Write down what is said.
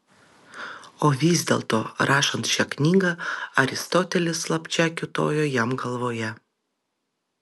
o vis dėlto rašant šią knygą aristotelis slapčia kiūtojo jam galvoje